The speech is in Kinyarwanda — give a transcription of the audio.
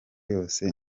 yose